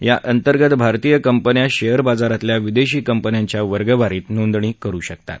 याअंतर्गत भारतीय कंपन्यां श्मर बाजारातल्या विदक्षी कंपन्यांच्या वर्गवारीत नोंदणी करू शकतात